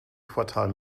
quartal